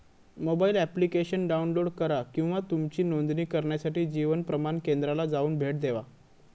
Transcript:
mobile application download करा किंवा तुमची नोंदणी करण्यासाठी जीवन प्रमाण केंद्राला जाऊन भेट देवा